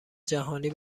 جهانی